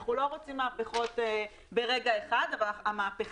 אנחנו לא רוצים מהפכות ברגע אחד אבל המהפכה